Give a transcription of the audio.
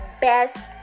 best